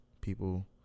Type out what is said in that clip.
people